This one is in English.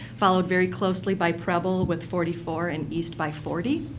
followed very closely by preble with forty four, and east by forty.